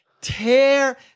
Tear